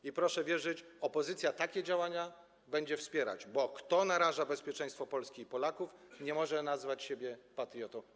I proszę wierzyć, opozycja takie działania będzie wspierać, bo kto naraża bezpieczeństwo Polski i Polaków, nie może nazwać siebie patriotą.